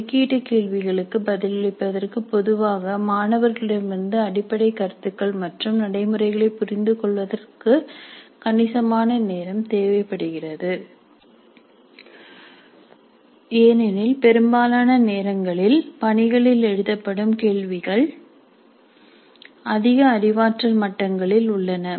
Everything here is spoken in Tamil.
ஒதுக்கீட்டு கேள்விகளுக்கு பதிலளிப்பதற்கு பொதுவாக மாணவர்களிடமிருந்து அடிப்படை கருத்துகள் மற்றும் நடைமுறைகளைப் புரிந்துகொள்வதற்கு கணிசமான நேரம் தேவைப்படுகிறது ஏனெனில் பெரும்பாலான நேரங்களில் பணிகளில் எழுப்பப்படும் கேள்விகள் அதிக அறிவாற்றல் மட்டங்களில் உள்ளன